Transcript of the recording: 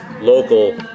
local